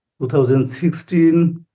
2016